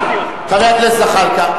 חבר הכנסת זחאלקה.